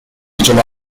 july